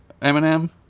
Eminem